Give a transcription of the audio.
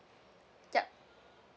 yup